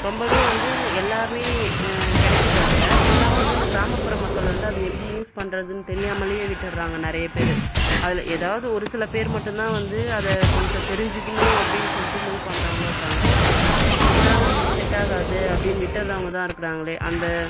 ரொம்பவே வந்து எல்லாமே கிடக்கிது அதில் இருந்தாலும் வந்து இந்த கிராமப்புற மக்கள் வந்து அதை எப்படி யூஸ் பண்ணுறதுன்னு தெரியாமலையே விட்டுறாங்கள் நிறைய பேர் அதில் ஏதாவது ஒரு சில பேர் மட்டும் தான் வந்து அதை கொஞ்சம் தெரிஞ்சுக்கணும் அப்புடின்னு சொல்லிட்டு மு பண்ணுறவங்களு இருக்காங்கள் ஒரு சிலவங்கள் இதுலாம் நம்மளுக்கு செட் ஆகாது அப்படின்னு விடுறவங்க தான் இருக்குறாங்களே அந்த